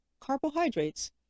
carbohydrates